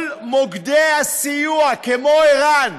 כל מוקדי הסיוע, כמו ער"ן,